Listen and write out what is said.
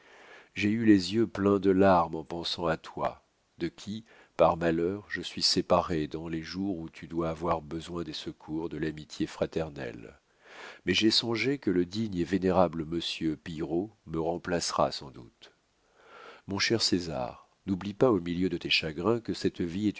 j'ai eu les yeux pleins de larmes en pensant à toi de qui par malheur je suis séparé dans les jours où tu dois avoir besoin des secours de l'amitié fraternelle mais j'ai songé que le digne et vénérable monsieur pillerault me remplacera sans doute mon cher césar n'oublie pas au milieu de tes chagrins que cette vie